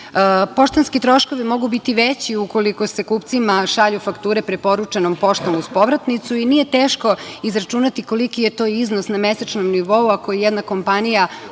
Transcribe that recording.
pitanju. Poštanski troškovi mogu biti veći ukoliko se kupcima šalju fakture preporučenom poštom uz povratnicu i nije teško izračunati koliki je to iznos na mesečnom nivou, a koji jedna kompanija